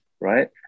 Right